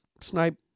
snipe